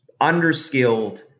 underskilled